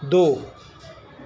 دو